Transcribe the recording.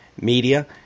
Media